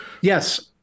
Yes